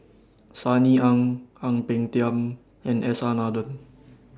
Sunny Ang Ang Peng Tiam and S R Nathan